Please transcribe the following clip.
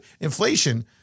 inflation